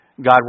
God